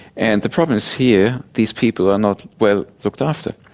and the problem is here these people are not well looked after,